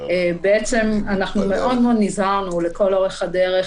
בעצם אנחנו מאוד מאוד נזהרנו לכל אורך הדרך